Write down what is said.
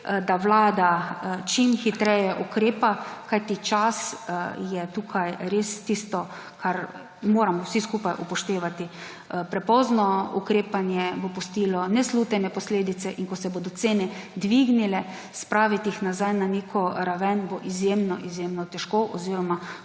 da vlada čim hitreje ukrepa, kajti čas je tukaj res tisto, kar moramo vsi skupaj upoštevati. Prepozno ukrepanje bo pustilo neslutene posledice in ko se bodo cene dvignile, jih bo spraviti nazaj na neko raven izjemno izjemno težko, oziroma